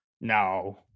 No